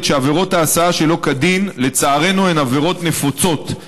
שעבירות ההסעה שלא כדין הן לצערנו עבירות נפוצות.